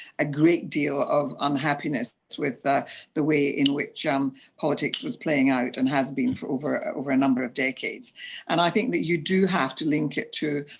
a great deal of unhappiness with the the way in which um politics was playing out and has been over over a number of decades and i think that you do have to link it to